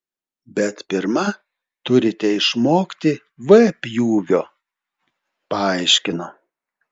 bet pirma turite išmokti v pjūvio paaiškino